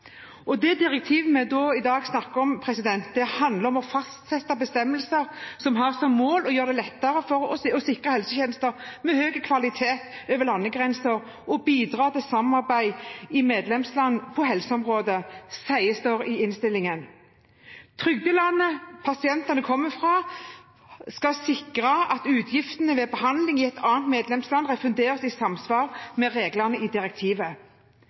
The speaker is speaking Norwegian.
største bakteriefloraer. Direktivet vi snakker om i dag, handler om å fastsette bestemmelser som har som mål å gjøre det lettere å sikre heletjenester av høy kvalitet over landegrensene og bidra til samarbeid mellom medlemsland på helseområdet – sies det i innstillingen. Det å trygge landet pasienten kommer fra, skal sikre at utgiftene ved behandling i et annet medlemsland refunderes i samsvar med reglene i direktivet.